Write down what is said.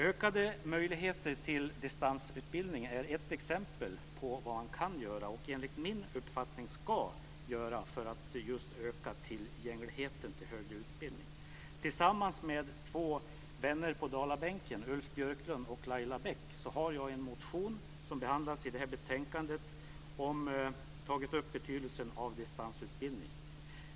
Ökade möjligheter till distansutbildning är ett exempel på vad man kan, och enligt min uppfattning ska, göra för att öka tillgängligheten till högre utbildning. Tillsammans med två vänner på dalabänken, Ulf Björklund och Laila Bäck, har jag en motion, som behandlas i detta betänkande, om betydelsen av distansutbildning.